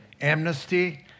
Amnesty